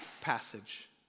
passage